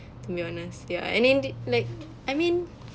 to be honest ya and then l~ like I mean